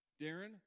Darren